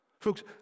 Folks